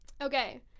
Okay